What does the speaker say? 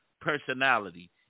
personality